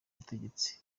butegetsi